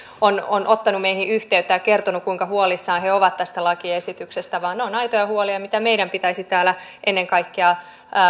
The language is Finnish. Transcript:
on on ottanut meihin yhteyttä ja kertonut kuinka huolissaan he ovat tästä lakiesityksestä vaan ne ovat aitoja huolia mitä meidän pitäisi täällä ennen kaikkea